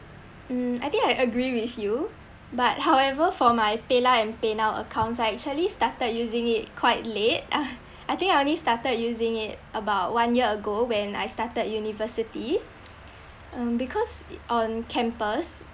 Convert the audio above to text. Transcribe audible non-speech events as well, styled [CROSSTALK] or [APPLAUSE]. mm I think I agree with you but however for my paylah and paynow accounts I actually started using it quite late [LAUGHS] I think I only started using it about one year ago when I started university um because on campus